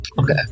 Okay